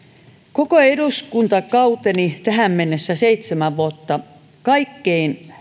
koko eduskunta aikani tähän mennessä seitsemän vuotta kaikkein